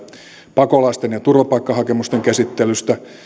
pakolaisten ja turvapaikkahakemusten käsittelystä